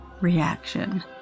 reaction